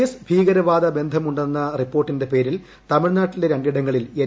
S തീവ്രവാദ ബന്ധമുന്നെ റിപ്പോർട്ടിന്റെ പേരിൽ തമിഴ്നാട്ടിലെ രണ്ടിടങ്ങളിൽ എൻ